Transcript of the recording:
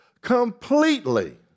completely